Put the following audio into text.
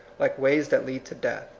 like ways that lead to death.